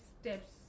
steps